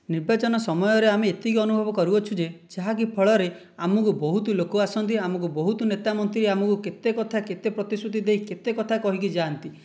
ନିର୍ବାଚନ ସମୟରେ ଆମେ ଏତିକି ଅନୁଭବ କରୁଅଛୁ ଯେ ଯାହାକି ଫଳରେ ଆମକୁ ବହୁତ ଲୋକ ଆସନ୍ତି ଆମକୁ ବହୁତ ନେତା ମନ୍ତ୍ରୀ ଆମକୁ କେତେ କଥା କେତେ ପ୍ରତିଶ୍ରୁତି ଦେଇକି କେତେ କଥା କହିକି ଯାଆନ୍ତି